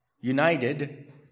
united